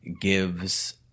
gives